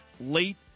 late